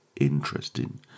interesting